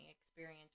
experience